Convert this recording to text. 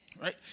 Right